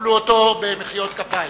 קבלו אותו במחיאות כפיים.